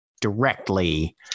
directly